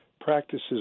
practices